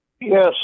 Yes